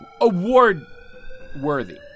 award-worthy